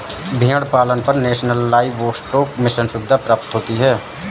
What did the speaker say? भेड़ पालन पर नेशनल लाइवस्टोक मिशन सुविधा प्राप्त होती है